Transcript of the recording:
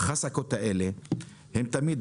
החסקות, תמיד